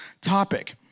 topic